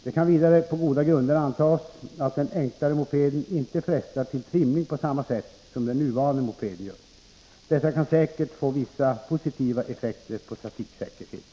Det kan vidare på goda grunder antas att den enklare mopeden inte frestar till trimning på samma sätt som den nuvarande mopeden gör. Detta kan säkert få vissa positiva effekter på trafiksäkerheten.